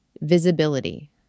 visibility